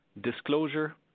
disclosure